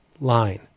line